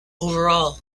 overall